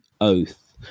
oath